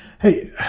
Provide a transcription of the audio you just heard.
Hey